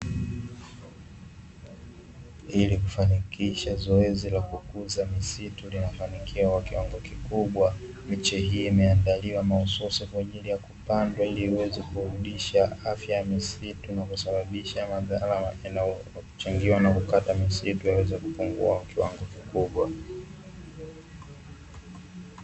Ili kufanikisha zoezi la kukuza misitu linafanikiwa kwa kiwango kikubwa, miche hii imeandaliwa mahususi kwa ajili ya kupandwa ili iweze kurudisha afya ya misitu na kusababisha madhara yanayochangiwa na kukata misitu yaweze kupungua kwa kiwango kikubwa.